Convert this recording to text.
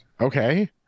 Okay